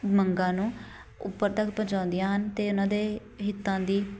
ਮੰਗਾਂ ਨੂੰ ਉੱਪਰ ਤੱਕ ਪਹੁੰਚਾਉਂਦੀਆਂ ਹਨ ਅਤੇ ਉਹਨਾਂ ਦੇ ਹਿੱਤਾਂ ਦੀ